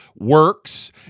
works